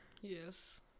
Yes